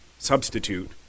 substitute